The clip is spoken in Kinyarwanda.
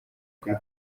kuri